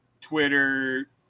Twitter